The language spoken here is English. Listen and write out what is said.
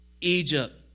Egypt